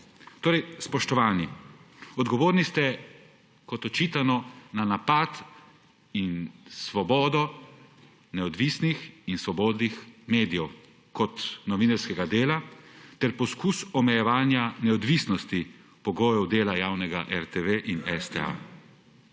Spoštovani, odgovorni ste, kot očitano, za napad na svobodo neodvisnih in svobodnih medijev kot novinarskega dela ter poskus omejevanja neodvisnosti pogojev dela javnih RTV in STA.